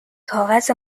کاغذ